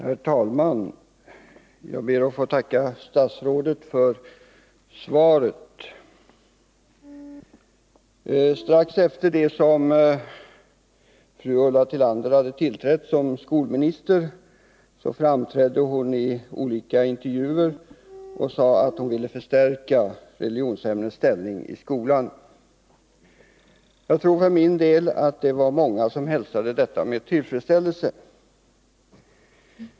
Herr talman! Jag ber att få tacka statsrådet för svaret. Strax efter det att fru Ulla Tillander hade tillträtt som skolminister framträdde hon i olika intervjuer och sade att hon ville förstärka religionsämnets ställning i skolan. Jag tror för min del att det var många som hälsade detta med tillfredsställelse.